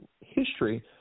history